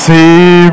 See